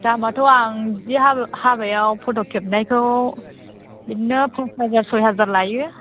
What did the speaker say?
दामाथ' आं बिदि हाबायाव फट' खेबनायखौ बिदिनो पास हाजार सइ हाजार लायो